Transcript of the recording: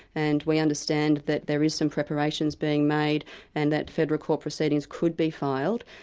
and we understand that there is some preparations being made and that federal court proceedings could be filed,